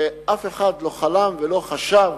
אף אחד לא חלם ולא חשב